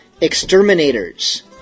exterminators